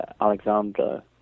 Alexander